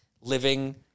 living